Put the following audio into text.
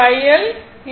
9o